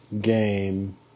game